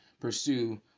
pursue